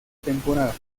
temporada